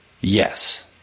Yes